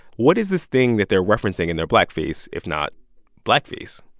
what is this thing that they're referencing in their blackface if not blackface?